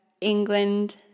England